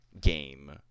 game